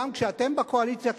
גם כשאתם הייתם בקואליציה,